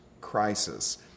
crisis